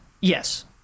Yes